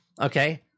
Okay